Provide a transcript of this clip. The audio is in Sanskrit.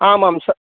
आम् आम् स